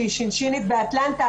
שהיא ש"ש באטלנטה,